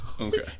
Okay